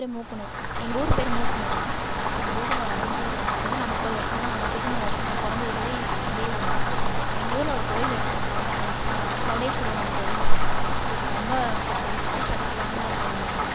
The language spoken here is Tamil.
மூக்கனூர் எங்கள் ஊர் பேர் மூக்கனூர்ண்ணா எங்கள் ஊர் வந்து கிட்டத்தட்ட நான் முப்பது வருஷமாக முப்பத்து மூணு வருஷமாக பிறந்ததுலவே இதே ஊர் தான் எங்கள் ஊரில் ஒரு கோயில் இருக்குது சவுண்டா ச சவுடேஸ்வரி அம்மன் கோயில்னு ஒன்று இருக்குது ரொம்ப பிரசித்தி பெற்ற சக்தி வாய்ந்த கோயில் அது